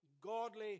godly